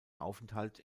aufenthalt